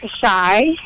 shy